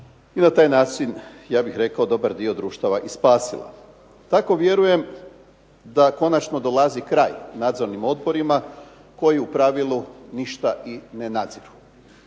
i na taj način ja bih rekao dobar dio društava i spasilo. Tako vjerujem da konačno dolazi kraj nadzornim odborima koji u pravilu ništa i ne nadziru.